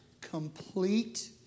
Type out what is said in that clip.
complete